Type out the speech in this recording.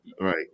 Right